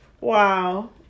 Wow